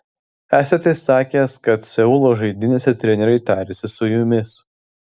esate sakęs kad seulo žaidynėse treneriai tarėsi su jumis